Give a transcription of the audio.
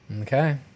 Okay